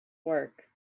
work